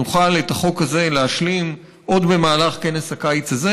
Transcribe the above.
שנוכל להשלים את החוק הזה עוד במהלך כנס הקיץ הזה,